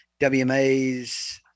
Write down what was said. WMAs